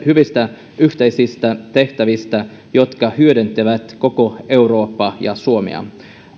hyvistä yhteisistä tehtävistä jotka hyödyntävät koko eurooppaa ja suomea